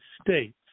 States